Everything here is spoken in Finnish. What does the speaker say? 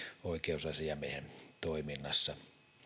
oikeusasiamiehen toiminnassa